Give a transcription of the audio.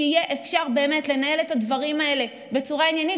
שיהיה אפשר באמת לנהל את הדברים האלה בצורה עניינית